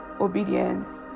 Obedience